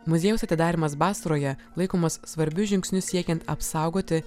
muziejaus atidarymas basroje laikomas svarbiu žingsniu siekiant apsaugoti